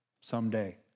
someday